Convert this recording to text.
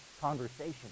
conversation